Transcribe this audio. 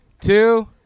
two